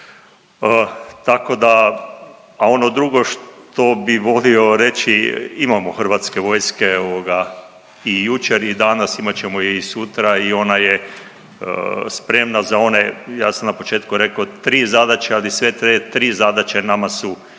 Tako da, a ono drugo što bi volio reći imamo hrvatske vojske i jučer i danas, imate ćemo je i sutra i ona je spremna za one, ja sam na početku rekao tri zadaće, ali sve te tri zadaće nama su jednako